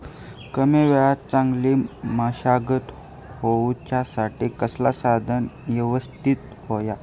कमी वेळात चांगली मशागत होऊच्यासाठी कसला साधन यवस्तित होया?